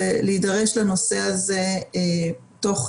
אבל גם לדיוני הוועדה יש תפקיד חשוב ומעקב גם אחרי